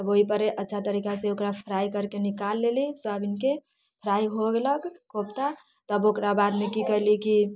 तब ओहिपर अच्छा तरीकासँ ओकरा फ्राइ करके निकाल लेली सोयाबीनके फ्राइ हो गेल कोफ्ता तब ओकरा बादमे की कैली कि